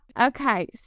Okay